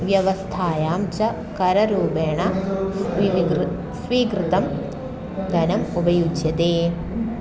व्यवस्थायां च कररूपेण स्वीकृतं स्वीकृतं धनम् उपयुज्यते